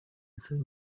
nsaba